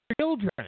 children